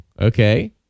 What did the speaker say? okay